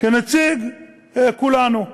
כנציג כולנו.